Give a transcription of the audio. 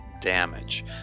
damage